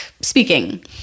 speaking